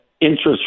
interest